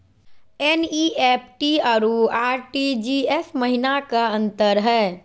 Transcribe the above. NEFT अरु RTGS महिना का अंतर हई?